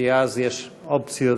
כי אז יש אופציות,